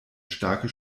starke